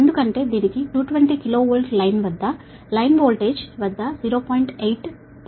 ఎందుకంటే దీనికి 220 KV line వద్ద లైన్ వోల్టేజ్ వద్ద 0